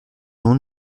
non